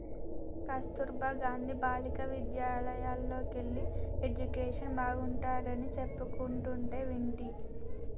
కస్తుర్బా గాంధీ బాలికా విద్యాలయల్లోకెల్లి ఎడ్యుకేషన్ బాగుంటాడని చెప్పుకుంటంటే వింటి